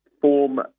form